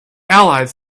allies